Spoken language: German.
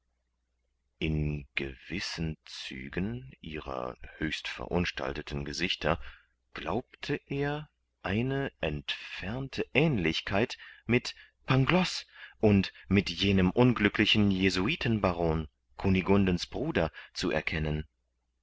in gewissen zügen ihrer höchst verunstalteten gesichter glaubte er eine entfernte aehnlichkeit mit pangloß und mit jenem unglücklichen jesuitenbaron kunigundens bruder zu erkennen